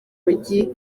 mujyi